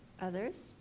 Others